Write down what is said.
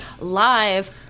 live